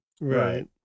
Right